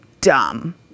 dumb